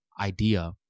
idea